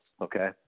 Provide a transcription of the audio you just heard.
Okay